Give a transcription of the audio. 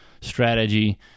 strategy